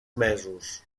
mesos